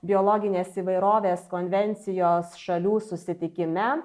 biologinės įvairovės konvencijos šalių susitikime